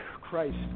Christ